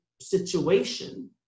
situation